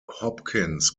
hopkins